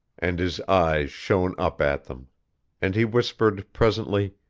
and his eyes shone up at them and he whispered presently